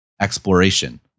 exploration